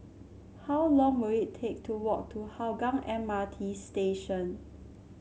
how long will it take to walk to Hougang M R T Station